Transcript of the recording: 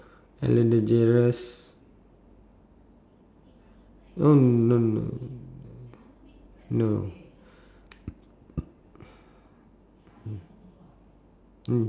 ellen degeneres no no no no no mm